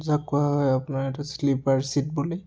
যাক কোৱা হয় আপোনাৰ এইটো শ্লিপাৰ ছিট বুলি